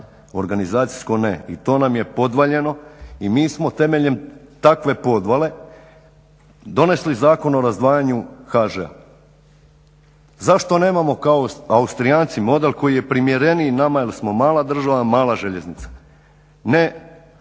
organizacijsko ne. I to nam je podvaljeno i mi smo temeljem takve podvale donijeli Zakon o razdvajanju HŽ-a. Zašto nemamo kao Austrijanci model koji je primjereniji nama jer smo mala država, mala željeznica? Ne,